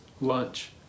lunch